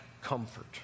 comfort